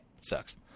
sucks